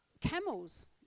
camels